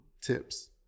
tips